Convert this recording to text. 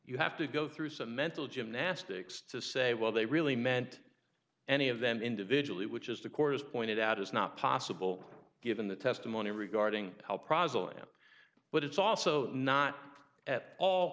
you have to go through some mental gymnastics to say well they really meant any of them individually which is the court has pointed out is not possible given the testimony regarding how proselyte but it's also not at all